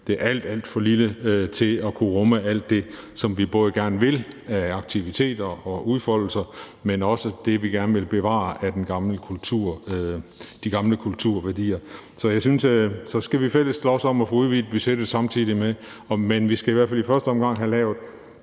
Det er alt, alt for lille til at kunne rumme alt det, som vi både gerne vil af aktiviteter og udfoldelser, men også det, vi gerne vil bevare af den gamle kultur, de gamle kulturværdier. Så skal vi fælles slås om at få udvidet budgettet samtidig med. Men vi skal i hvert fald i første omgang have lavet